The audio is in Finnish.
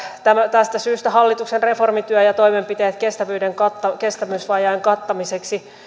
tästä syystä hallituksen reformityö ja toimenpiteet kestävyysvajeen kattamiseksi